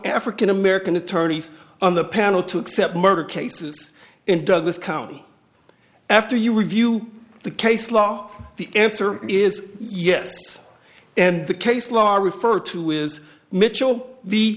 african american attorneys on the panel to accept murder cases in douglas county after you review the case law the answer is yes and the case law referred to is michel the